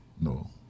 No